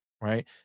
right